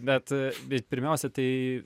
bet bet pirmiausia tai